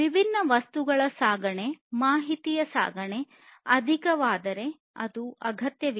ವಿಭಿನ್ನ ವಸ್ತುಗಳ ಸಾಗಣೆ ಮಾಹಿತಿಯ ಸಾಗಣೆ ಅಧಿಕವಾದರೆ ಅದು ಉಪಯೋಗವಿಲ್ಲ